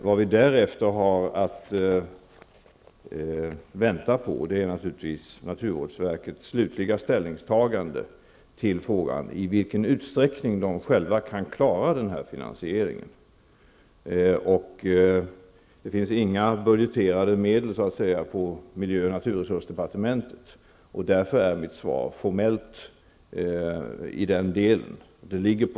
Vad vi därefter har att vänta på är naturligtvis naturvårdsverkets slutliga ställningstagande i frågan, i vilken utsträckning man kan klara av finansieringen. Det finns inga medel budgeterade på miljö och naturresursdepartementet, och därför är mitt svar formellt i den delen.